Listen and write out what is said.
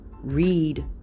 read